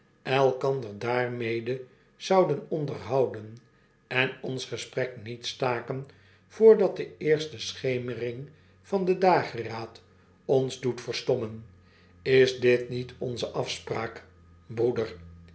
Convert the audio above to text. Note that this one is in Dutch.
elkander daarmede zouden onderhouden en ons gesprek niet staken voordat de eerste schemering van den dageraad ons doet verstommen is dit niet onze afspraak broeder